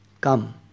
come